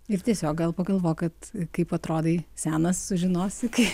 ir tiesiog gal pagalvok kad kaip atrodai senas sužinosi kai